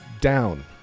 down